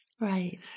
Right